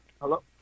hello